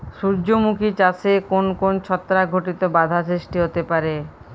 সূর্যমুখী চাষে কোন কোন ছত্রাক ঘটিত বাধা সৃষ্টি হতে পারে?